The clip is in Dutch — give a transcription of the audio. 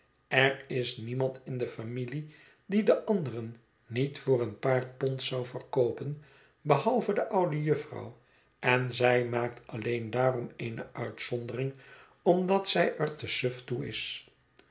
er is niemand in de familie die de anderen niet voor een paar pond zou verkoopen behalve de oude jufvrouw en zij maakt alleen daarom eene uitzondering omdat zij er te suf toé is